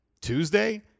Tuesday